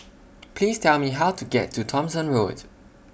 Please Tell Me How to get to Thomson Road